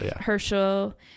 herschel